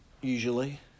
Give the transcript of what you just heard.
usually